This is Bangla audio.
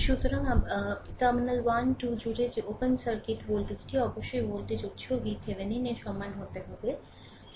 সুতরাং টার্মিনাল 1 2 জুড়ে যে ওপেন সার্কিট ভোল্টেজটি অবশ্যই ভোল্টেজ উত্স VThevenin এর সমান হতে হবে